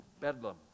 Bedlam